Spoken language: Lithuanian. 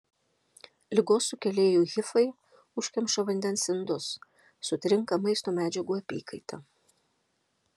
ligos sukėlėjų hifai užkemša vandens indus sutrinka maisto medžiagų apykaita